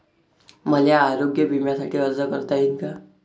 मले आरोग्य बिम्यासाठी अर्ज करता येईन का?